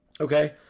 Okay